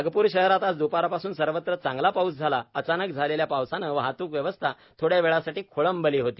नागपूर शहरात आज दुपारपासून सर्वत्र चांगला पाउस झाला अचानक आलेल्या पावसाने वाहतूक व्यवस्था थोडावेळासाठी खोळंबली होती